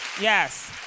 Yes